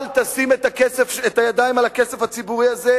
אל תשים את הידיים על הכסף הציבורי הזה,